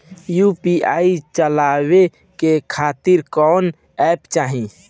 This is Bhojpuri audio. यू.पी.आई चलवाए के खातिर कौन एप चाहीं?